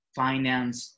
finance